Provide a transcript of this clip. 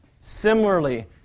Similarly